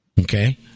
Okay